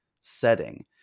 setting